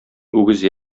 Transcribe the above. үгез